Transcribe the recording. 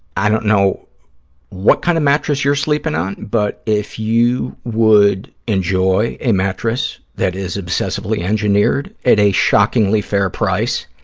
i don't know what kind of mattress you're sleeping on, but if you would enjoy a mattress that is obsessively engineered at a shockingly fair price,